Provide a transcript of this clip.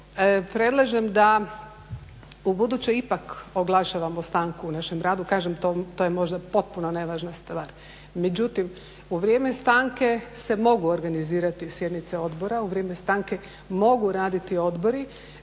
predlažem da ubuduće ipak oglašavamo stanku u našem radu, kažem to je možda potpuno nevažna stvar. Međutim u vrijeme stanke se mogu organizirati sjednice odbora, u vrijeme stanke mogu raditi odbori